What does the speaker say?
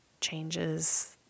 changes